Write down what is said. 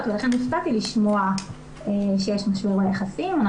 ולכן הופתעתי לשמוע שיש משבר ביחסים.